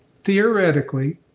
theoretically